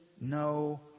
no